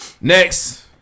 Next